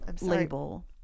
label